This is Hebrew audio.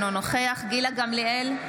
אינו נוכח גילה גמליאל,